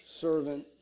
servant